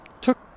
took